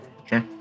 Okay